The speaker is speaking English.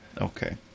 Okay